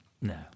No